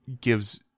gives